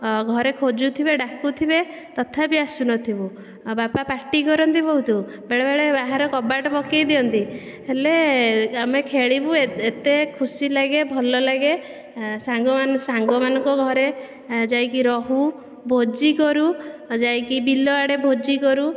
ଘରେ ଖୋଜୁଥିବେ ଡାକୁଥିବେ ତଥାପି ଆସୁନଥିବୁ ଆଉ ବାପା ପାଟି କରନ୍ତି ବହୁତ ବେଳେବେଳେ ବାହାର କବାଟ ପକେଇ ଦିଅନ୍ତି ହେଲେ ଆମେ ଖେଳିବୁ ଏତେ ଖୁସି ଲାଗେ ଭଲ ଲାଗେ ସାଙ୍ଗ ମାନେ ସାଙ୍ଗ ମାନଙ୍କ ଘରେ ଯାଇକି ରହୁ ଭୋଜି କରୁ ଯାଇକି ବିଲ ଆଡ଼େ ଭୋଜି କରୁ